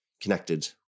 connected